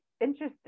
interesting